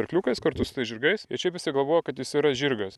arkliukais kartu su tai žirgais ir šiaip jisai galvoja kad jis yra žirgas